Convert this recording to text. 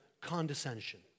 condescension